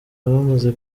abamaze